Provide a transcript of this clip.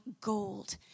gold